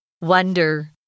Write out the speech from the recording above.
Wonder